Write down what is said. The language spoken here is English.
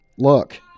Look